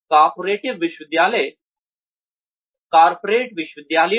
corporate विश्वविद्यालयों